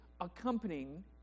accompanying